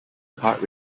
kart